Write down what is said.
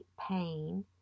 pain